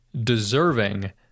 deserving